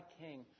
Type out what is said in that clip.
king